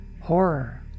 horror